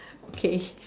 okay